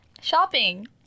Shopping